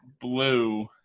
blue